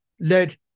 led